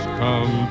come